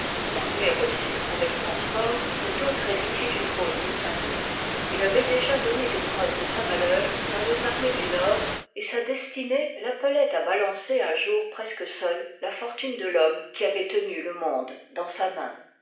l'armée reçut avec transport cet autre héritier du trône de saint-louis il avoit déjà donné des preuves de sa valeur dans les armées du nord et sa destinée fappeloit à balancer un jour presque seul la fortune de l'homme qui avoit tenu le monde dans sa main